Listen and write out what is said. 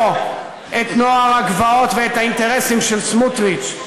את נוער הגבעות ואת האינטרסים של סמוטריץ.